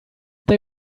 they